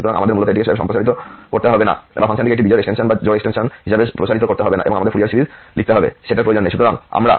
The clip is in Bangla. সুতরাং আমাদের মূলত এটিকে সম্প্রসারিত করতে হবে না বা ফাংশনটিকে একটি বিজোড় এক্সটেনশন বা জোড় এক্সটেনশন হিসাবে প্রসারিত করতে হবে না এবং আমাদের ফুরিয়ার সিরিজ লিখতে হবে